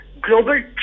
global